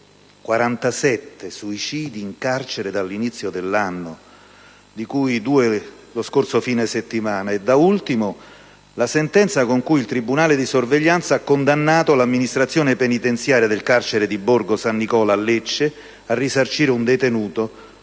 47 suicidi in carcere dall'inizio dell'anno, di cui due lo scorso fine settimana, e da ultimo la sentenza con cui il tribunale di sorveglianza ha condannato l'amministrazione penitenziaria del carcere di Borgo San Nicola a Lecce a risarcire un detenuto